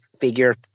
figure